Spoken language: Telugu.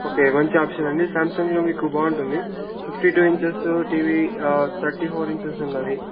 ఓకే మంచి ఆప్షన్ అండి శామ్సంగ్లో మీకు బాగుంటుంది fifty two inches TV thirty four inches ఉన్నాది